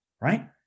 Right